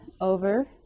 over